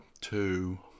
two